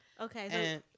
Okay